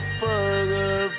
further